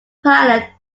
pilot